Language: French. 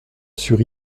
sur